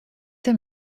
him